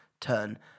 turn